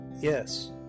Yes